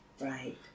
Right